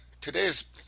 today's